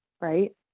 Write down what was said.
right